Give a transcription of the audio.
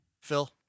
Phil